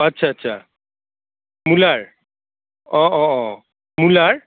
আচ্ছা আচ্ছা মূলাৰ অঁ অঁ অঁ মূলাৰ অঁ